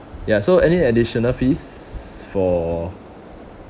ya so any additional fees for